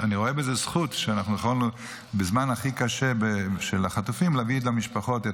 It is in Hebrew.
אני רואה בזה זכות שבזמן הכי קשה של החטופים יכולנו להביא את המשפחות,